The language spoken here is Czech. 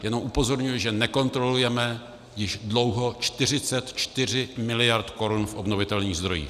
Jenom upozorňuji, že nekontrolujeme již dlouho 44 miliard korun v obnovitelných zdrojích.